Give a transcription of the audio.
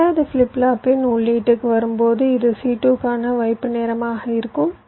இரண்டாவது ஃபிளிப் ஃப்ளாப்பின் உள்ளீட்டுக்கு வரும்போது இது c2 க்கான வைப்பு நேரமாக இருக்கும்